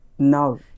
No